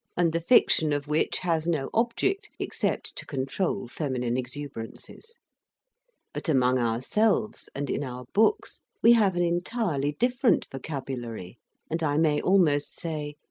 and the fiction of which has no object except to control feminine exuber ances but among ourselves, and in our books, we have an entirely different vocabulary and i may almost say,